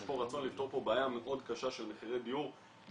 יש פה רצון לפתור בעיה מאוד קשה של מחירי דיור מטורפים.